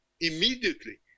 immediately